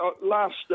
Last